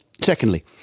Secondly